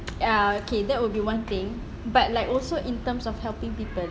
ya okay that will be one thing but like also in terms of helping people